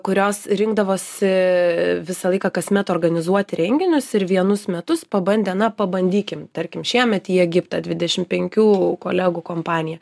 kurios rinkdavosi visą laiką kasmet organizuoti renginius ir vienus metus pabandę na pabandykim tarkim šiemet į egiptą dvidešimt penkių kolegų kompanija